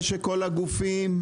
שכל הגופים,